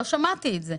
לא שמעתי את זה.